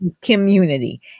community